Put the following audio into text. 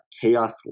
Chaos